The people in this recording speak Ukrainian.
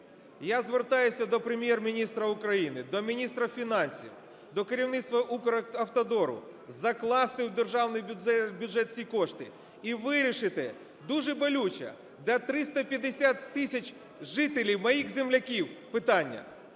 Я звертаюсь до Прем'єр-міністра України, до міністра фінансів, до керівництва Укравтодору, закласти в державний бюджет ці кошти і вирішити дуже болюче для 350 тисяч жителів, моїх земляків, питання.